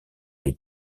les